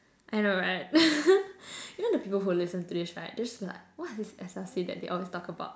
I know right you know the people who listen to this right they just like what is this S_L_C that they always talk about